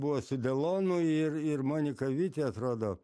buvo su delonu ir ir monika viti atrodo